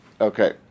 Okay